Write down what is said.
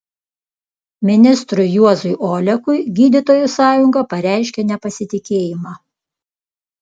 ministrui juozui olekui gydytojų sąjunga pareiškė nepasitikėjimą